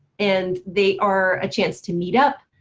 and they are a chance to meet up,